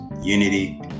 unity